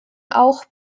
auch